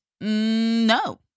No